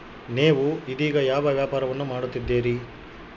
ನೇವು ಇದೇಗ ಯಾವ ವ್ಯಾಪಾರವನ್ನು ಮಾಡುತ್ತಿದ್ದೇರಿ?